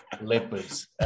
leopards